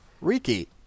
Riki